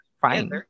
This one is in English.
fine